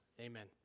amen